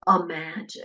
imagine